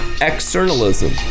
externalism